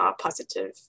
positive